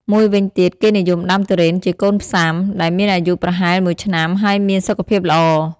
មួយវិញទៀតគេនិយមដាំទុរេនជា កូនផ្សាំ ដែលមានអាយុប្រហែល ១ ឆ្នាំ ហើយមានសុខភាពល្អ។